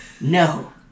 no